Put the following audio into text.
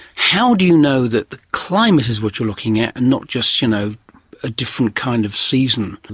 how do you know that the climate is what you're looking at and not just you know a different kind of season?